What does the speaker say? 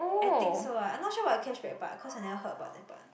I think so ah I'm not sure about cashback but cause I never heard about that part